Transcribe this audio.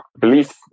belief